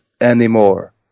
anymore